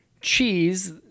cheese